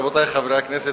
רבותי חברי הכנסת,